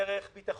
דרך ביטחון.